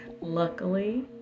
Luckily